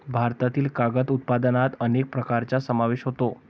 भारतातील कागद उत्पादनात अनेक प्रकारांचा समावेश होतो